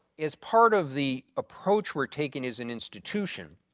as part of the approach we're taking as an institution,